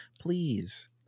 please